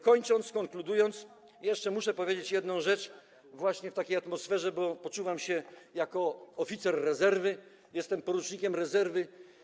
Kończąc, konkludując, jeszcze muszę powiedzieć jedną rzecz, właśnie w takiej atmosferze, bo poczuwam się do tego jako oficer rezerwy, jestem porucznikiem rezerwy.